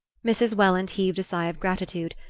mrs. welland heaved a sigh of gratitude,